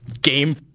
Game